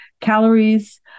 calories